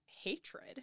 hatred